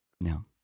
No